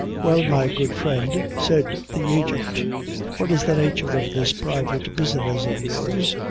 well, my good friend, said the agent what is the nature of this private business of yours?